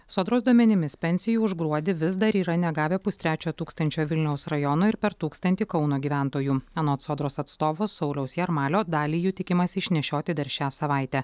sodros duomenimis pensijų už gruodį vis dar yra negavę pustrečio tūkstančio vilniaus rajono ir per tūkstantį kauno gyventojų anot sodros atstovo sauliaus jarmalio dalį jų tikimasi išnešioti dar šią savaitę